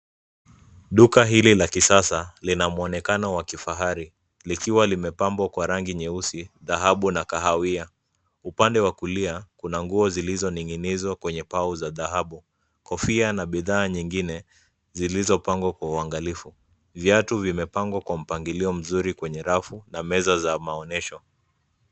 Duka hili la kisasa lina mwonekano wa kifahari, likiwa limepambwa kwa rangi nyeusi, dhahabu na kahawia. Upande wa kulia, kuna nguo zilizoning'inizwa kwenye pau za dhahabu. Kofia na bidhaa nyingine zilizopangwa kwa uangalifu. Viatu vimepangwa kwa mpangilio mzuri kwenye rafu na meza za maonyesho.